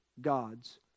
God's